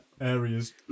areas